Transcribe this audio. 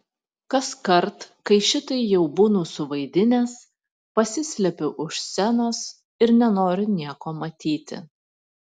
kaskart kai šitai jau būnu suvaidinęs pasislepiu už scenos ir nenoriu nieko matyti